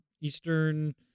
Eastern